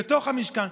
בתוך המשכן,